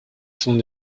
sont